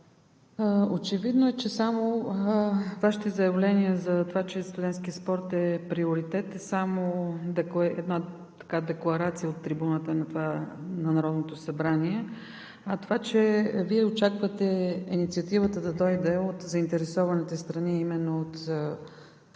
очевидно е, че Вашите заявления за това, че студентският спорт е приоритет, са само декларация от трибуната на Народното събрание. А това, че Вие очаквате инициативата да дойде от заинтересованите страни, именно от